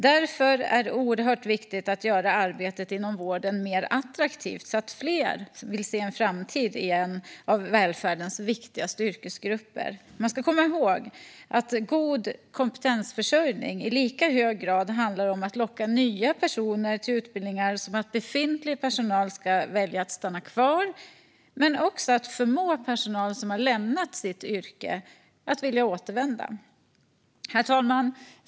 Därför är det oerhört viktigt att göra arbetet inom vården mer attraktivt så att fler vill se en framtid i en av välfärdens viktigaste yrkesgrupper. Man ska komma ihåg att god kompetensförsörjning i lika hög grad handlar om att locka nya personer till utbildningar som att befintlig personal ska välja att stanna kvar, men det handlar också om att förmå personal som har lämnat sitt yrke att vilja återvända. Herr talman!